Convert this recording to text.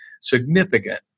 significant